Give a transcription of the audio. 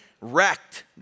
wrecked